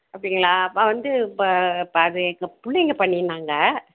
அப்படிங்களா அப்போ வந்து இப்போ அது எங்கள் பிள்ளைங்க பண்ணிருந்தாங்க